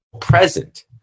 present